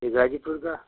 ये गाजीपुर का